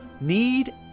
need